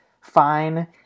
fine